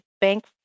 bank